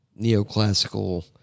neoclassical